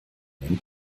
nennt